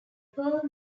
pearl